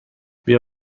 بیا